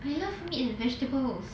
I love meat and vegetables